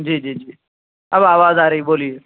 جی جی جی اب آواز آ رہی بولیے